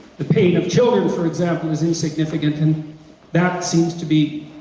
the pain of children, for example, is insignificant and that seems to be,